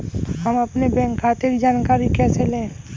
हम अपने बैंक खाते की जानकारी कैसे लें?